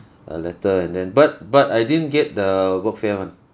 a letter and then but but I didn't get the workfare one